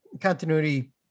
continuity